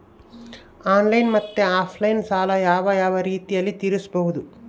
Online ಮತ್ತೆ offline ಸಾಲ ಯಾವ ಯಾವ ರೇತಿನಲ್ಲಿ ತೇರಿಸಬಹುದು?